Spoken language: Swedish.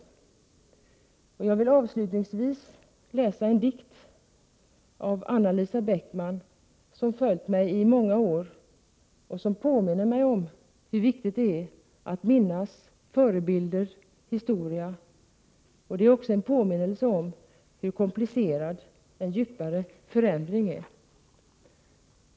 Avslutningsvis vill jag läsa en dikt av Anna-Lisa Bäckman som följt mig i många år och som påminner mig om hur viktigt det är att minnas sina förebilder och sin historia. Den är också en påminnelse om hur komplicerad en djupare förändring är.